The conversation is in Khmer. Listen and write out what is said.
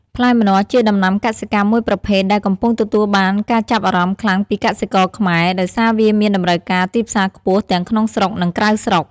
ផ្លែម្នាស់ ជាដំណាំកសិកម្មមួយប្រភេទដែលកំពុងទទួលបានការចាប់អារម្មណ៍ខ្លាំងពីកសិករខ្មែរ ដោយសារវាមានតម្រូវការទីផ្សារខ្ពស់ទាំងក្នុងស្រុក និងក្រៅស្រុក។